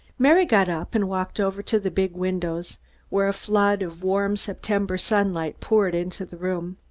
mary got up and walked over to the big windows where a flood of warm september sunlight poured into the room.